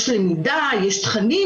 יש למידה יש תכנים,